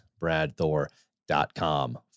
bradthor.com